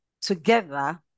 together